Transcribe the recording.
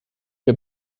der